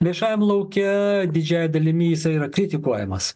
viešajam lauke didžiąja dalimi jisai yra kritikuojamas